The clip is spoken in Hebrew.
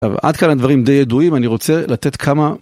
עד כאן הדברים די ידועים אני רוצה לתת כמה